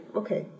okay